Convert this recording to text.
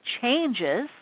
changes